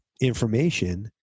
information